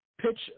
pitch